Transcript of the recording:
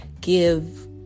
give